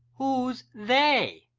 who's they?